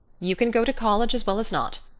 you can go to college as well as not.